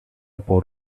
por